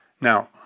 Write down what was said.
Now